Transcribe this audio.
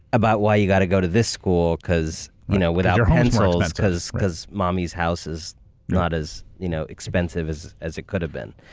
about why you got to go to this school because you know, without pencils, because because mommy's house is not as you know expensive as it could have been.